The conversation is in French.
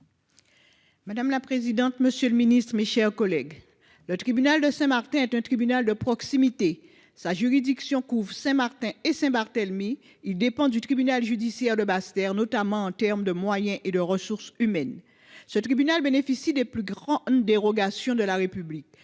Madame la présidente, monsieur le ministre, mes chers collègues, le tribunal de Saint-Martin est un tribunal de proximité. Sa juridiction couvre Saint-Martin et Saint-Barthélemy. Il dépend du tribunal judiciaire de Basse-Terre, notamment en termes de moyens et de ressources humaines. Ce tribunal dispose des plus importantes dérogations de la République.